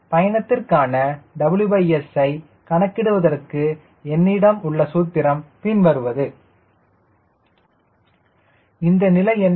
நான் பயணத்திற்கான WS ஐ கணக்கிடுவதற்கு என்னிடம் உள்ள சூத்திரம் பின் வருவது WS qAR e CD0 இந்த நிலை என்ன